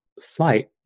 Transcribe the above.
Slight